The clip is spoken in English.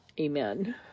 Amen